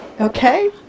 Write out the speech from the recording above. Okay